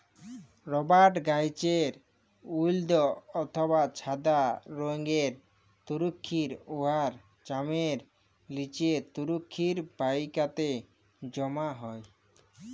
রবাট গাহাচের হইলদ্যা অথবা ছাদা রংয়ের তরুখির উয়ার চামের লিচে তরুখির বাহিকাতে জ্যমা হ্যয়